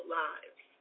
lives